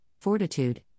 Fortitude